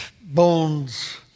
bones